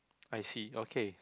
I see okay